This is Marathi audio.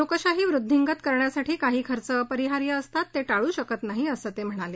लोकशाही वृद्धिंगत कारण्यासाठी काही खर्च अपरिहार्य असतात ते टाळू शकत नाहीत असं ते म्हणाले